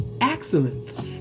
excellence